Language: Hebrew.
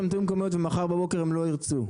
ומחר בבוקר הם לא ירצו?